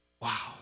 Wow